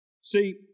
See